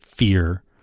fear